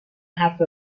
حرف